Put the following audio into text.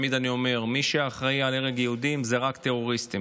אני תמיד אומר: מי שאחראי להרג יהודים זה רק טרוריסטים,